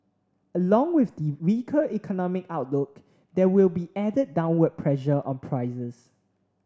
along with the weaker economic outlook there will be added downward pressure on prices